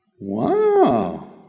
Wow